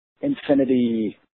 Infinity